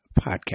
podcast